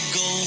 go